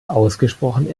ausgesprochen